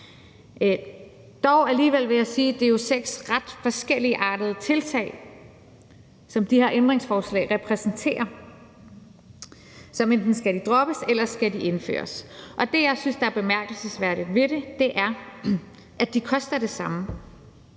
jeg alligevel sige, at det jo er seks ret forskelligartede tiltag, som de her ændringsforslag repræsenterer, og som enten skal droppes eller indføres. Det, jeg synes er bemærkelsesværdigt ved det, er, at de koster det samme.